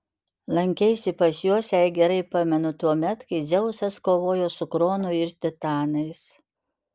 lankeisi pas juos jei gerai pamenu tuomet kai dzeusas kovojo su kronu ir titanais